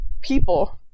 people